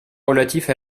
relatif